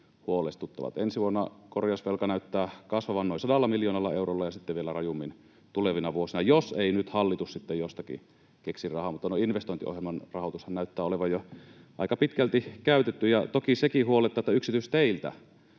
huolestuttavat. Ensi vuonna korjausvelka näyttää kasvavan noin sadalla miljoonalla eurolla ja sitten vielä rajummin tulevina vuosina, jos ei nyt hallitus sitten jostakin keksi rahaa, mutta investointiohjelman rahoitushan näyttää olevan jo aika pitkälti käytetty. Ja toki sekin huolettaa, että yksityisteiltä